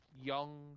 young